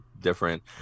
different